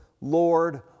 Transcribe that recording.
Lord